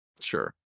Sure